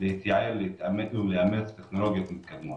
להתייעל ולאמץ טכנולוגיות מתקדמות.